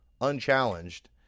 unchallenged